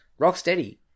Rocksteady